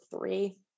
three